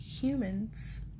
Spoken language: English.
humans